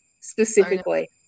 specifically